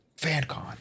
FanCon